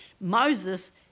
Moses